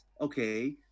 okay